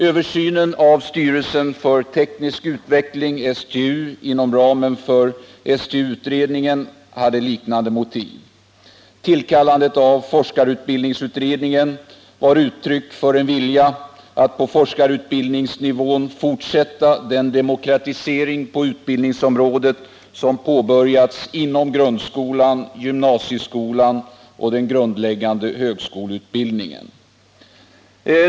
Översynen av styrelsen för teknisk utveckling - STU — inom ramen för STU-utredningen hade liknande motiv. Tillkallandet av forskarutbildningsutredningen var uttryck för en vilja att på forskarutbildningsnivån fortsätta den demokratisering på utbildningsområdet som påbörjats inom grundskolan, gymnasieskolan och den grundläggande högskoleutbildningen.